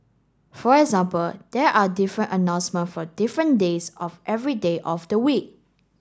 for example there are different announcement for different days of every day of the week